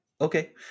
okay